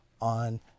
on